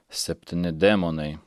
septyni demonai